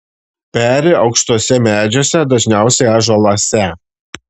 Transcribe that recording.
peri aukštuose medžiuose dažniausiai ąžuoluose